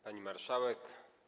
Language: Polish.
Pani Marszałek!